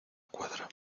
cuadra